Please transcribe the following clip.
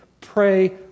Pray